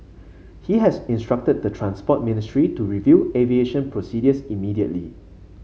he has instructed the Transport Ministry to review aviation procedures immediately